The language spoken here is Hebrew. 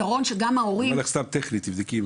אני אומר לך, סתם טכנית, תבדקי.